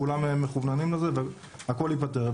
כולם מכווננים לזה והכול ייפתר,